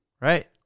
right